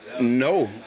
No